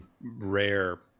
rare